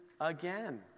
again